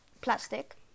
plastic